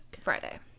Friday